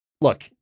look